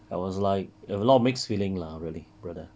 I was like a lot of mixed feeling lah brother brother